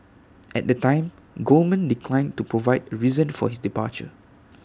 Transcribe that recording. at the time Goldman declined to provide A reason for his departure